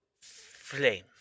Flame